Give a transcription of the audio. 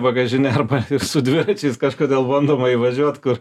bagažine arba su dviračiais kažkodėl bandoma įvažiuot kur